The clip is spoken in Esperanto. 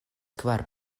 kvar